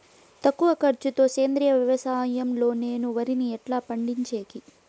తక్కువ ఖర్చు తో సేంద్రియ వ్యవసాయం లో నేను వరిని ఎట్లా పండించేకి?